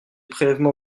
prélèvements